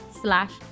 slash